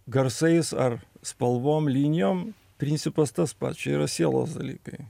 garsais ar spalvom linijom principas tas pats čia yra sielos dalykai